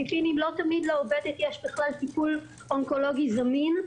פיליפינים תמיד לעובדת יש בכלל טיפול אונקולוגי זמין,